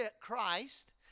Christ